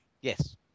Yes